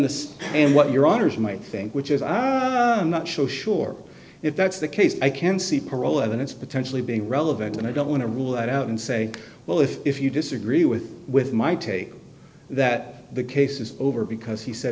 this and what your honour's might think which is i am not sure if that's the case i can see parole evidence potentially being relevant and i don't want to rule that out and say well if if you disagree with with my take that the case is over because he said